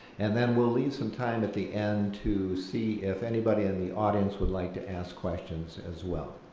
and then we'll leave some time at the end to see if anybody in the audience would like to ask questions, as well.